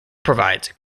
provides